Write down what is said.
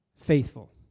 faithful